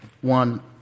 one